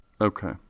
Okay